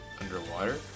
underwater